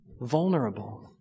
vulnerable